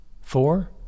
Four